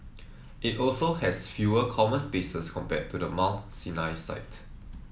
it also has fewer common spaces compared to the Mount Sinai site